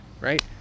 right